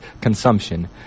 consumption